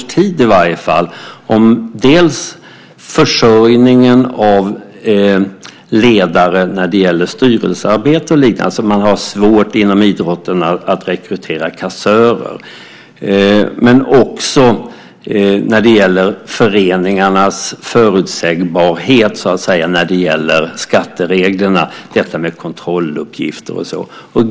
Det handlar dels om försörjningen av ledare och också styrelsearbete och liknande - inom idrotten har man svårt att rekrytera kassörer - dels om föreningarnas "förutsägbarhet" när det gäller skattereglerna, alltså kontrolluppgifter och sådant.